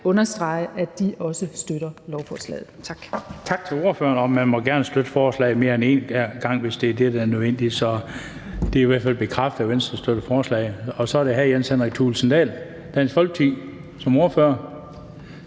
understrege, at de også støtter lovforslaget. Tak.